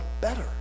better